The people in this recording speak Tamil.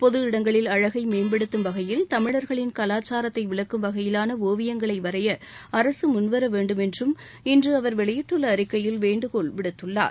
பொதுஇடங்களில் அழகை மேம்படுத்தும் வகையில் தமிழர்களின் கலாச்சாரத்தை விளக்கும் வகையிலான ஒவியங்களை வரைய அரசு முன்வர வேண்டும் என்றும் இன்று அவர் வெளியிட்டுள்ள அறிக்கையில் வேண்டுகோள் விடுத்துள்ளார்